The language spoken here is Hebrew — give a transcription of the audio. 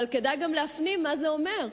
אבל כדאי גם להפנים מה זה אומר.